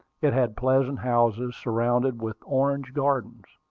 it had pleasant houses, surrounded with orange gardens.